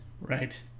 right